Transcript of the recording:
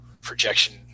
projection